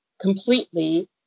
completely